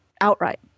outright